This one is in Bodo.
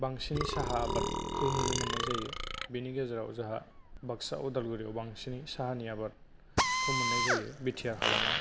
बांसिन साहा आबादखौ नुनो मोननाय जायो बेनि गेजेराव जाहा बागसा उदालगुरियाव बांसिन साहानि आबादखौ मोननाय जायो बि टि आर हालामाव